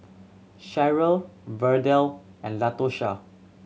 Cheryl Verdell and Latosha